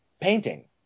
painting